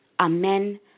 Amen